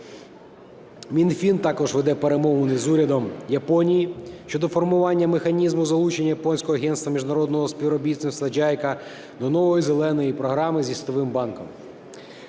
Мінфін також веде перемовини з урядом Японії щодо формування механізму залучення Японського Агентства Міжнародного Співробітництва (JICA) до нової "зеленої" програми зі Світовим банком,